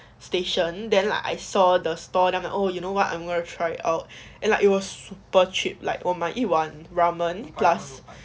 station then like I saw the store I'm like oh you know what I'm going to try out and that it was super cheap like 我买一碗 one ramen plus